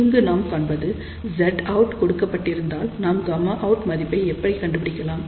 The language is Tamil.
இங்கு நாம் காண்பது Zout கொடுக்கப்பட்டிருந்தால் நாம் Γout மதிப்பை எப்படி கண்டுபிடிக்கலாம்